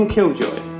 Killjoy